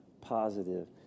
positive